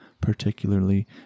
particularly